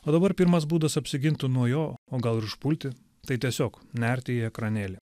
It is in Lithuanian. o dabar pirmas būdas apsigintų nuo jo o gal ir užpulti tai tiesiog nerti į ekranėlį